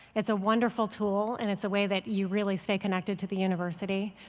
it's a wonderful tool. and it's a way that you really stay connected to the university.